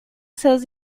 seus